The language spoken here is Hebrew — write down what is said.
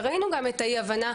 וראינו גם את האי-הבנה,